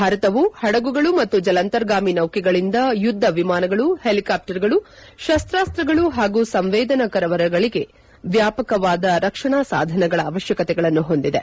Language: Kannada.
ಭಾರತವು ಪಡಗುಗಳು ಮತ್ತು ಜಲಂರ್ತಗಾಮಿ ನೌಕೆಗಳಿಂದ ಯುದ್ದ ವಿಮಾನಗಳು ಹೆಲಿಕಾಪ್ಟರ್ ಗಳು ಶಸ್ತಾನ್ತ್ರಗಳು ಮತ್ತು ಸಂವೇದನಕರಗಳವರೆಗೆ ವ್ಯಾಪಕವಾದ ರಕ್ಷಣಾ ಸಾಧನಗಳ ಅವಶ್ಯಕತೆಗಳನ್ನು ಹೊಂದಿದೆ